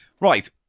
Right